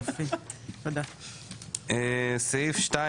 סעיף 2,